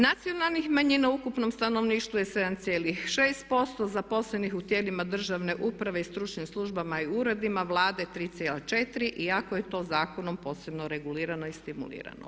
Nacionalnih manjina u ukupnom stanovništvu je 7,6% zaposlenih u tijelima državne uprave i stručnim službama i uredima Vlade 3,4 iako je to zakonom posebno regulirano i stimulirano.